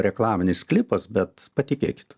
reklaminis klipas bet patikėkit